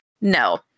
No